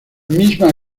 misma